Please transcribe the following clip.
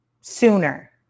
sooner